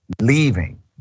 leaving